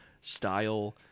style